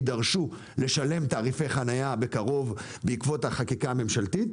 יידרשו לשלם תעריפי חניה בקרוב בעקבות החקיקה הממשלתית,